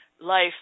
life